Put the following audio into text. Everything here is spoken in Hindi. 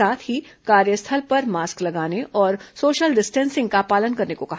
साथ ही कार्यस्थल पर मास्क लगाने और सोशल डिस्टेंसिंग का पालन करने को कहा